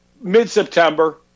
Mid-September